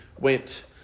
went